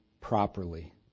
properly